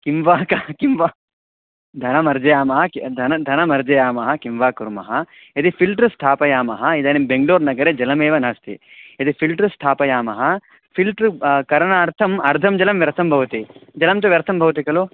किं वा किं किं वा धनम् अर्जयामः किं धनं धनम् अर्जयामः किं वा कुर्मः यदि फ़िल्ट्र् स्थापयामः इदानीं बेङ्गलूर् नगरे जलमेव नास्ति यदि फ़िल्टर् स्थापयामः फ़िल्ट्र् करणार्थम् अर्धं जलं व्यर्थं भवति जलं तु व्यर्थं भवति खलु